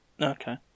Okay